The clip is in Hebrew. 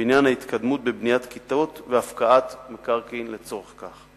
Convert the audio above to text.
בעניין ההתקדמות בבניית כיתות והפקעת מקרקעין לצורך כך.